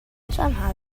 somehow